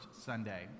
Sunday